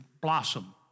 blossom